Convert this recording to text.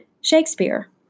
Shakespeare